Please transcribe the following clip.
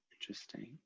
interesting